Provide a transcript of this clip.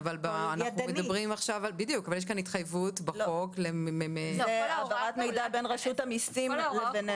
אבל יש כאן התחייבות בחוק --- להעברת מידע מרשות המיסים אלינו.